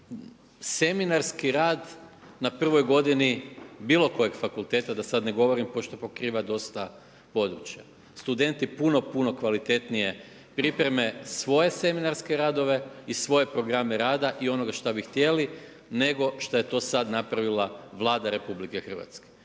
seminarski rad na prvoj godini bilo kojeg fakulteta da sad ne govorim pošto pokriva dosta područja. Studenti puno, puno kvalitetnije pripreme svoje seminarske radove i svoje programe rada i onoga što bi htjeli nego što je to sad napravila Vlada Republike Hrvatske.